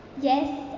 Yes